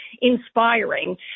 inspiring